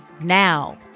Now